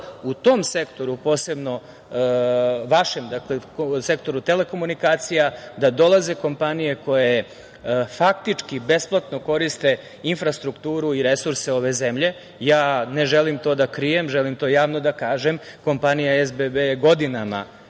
u tom sektoru, posebno vašem sektoru telekomunikacija, da dolaze kompanije koje faktički besplatno koriste infrastrukturu i resurse ove zemlje. Ja ne želim to da krijem, želim to javno da kažem, kompanija SBB je godinama